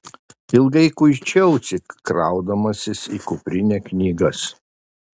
ilgai kuičiausi kraudamasis į kuprinę knygas